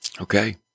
Okay